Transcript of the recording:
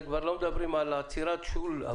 כבר לא מדברים על עצירת שול,